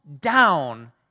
down